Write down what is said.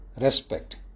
respect